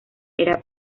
era